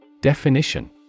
Definition